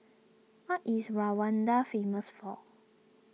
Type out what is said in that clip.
what is Rwanda famous for